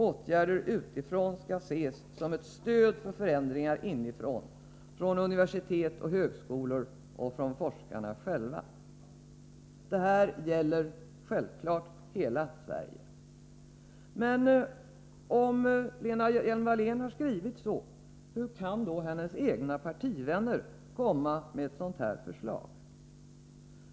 Åtgärder utifrån skall ses som ett stöd för förändringar inifrån, från universitet och högskolor och från forskarna själva.” Detta gäller självfallet hela Sverige. Men om Lena Hjelm-Wallén har uttalat detta, hur kan då hennes egna partivänner komma med ett sådant här förslag?